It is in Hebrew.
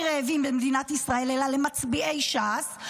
רעבים במדינת ישראל אלא למצביעי ש"ס,